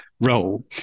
role